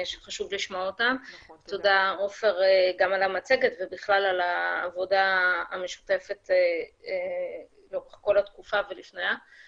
תודה עופר על המצגת ובכלל על העבודה המשותפת לאורך כל התקופה ולפניה.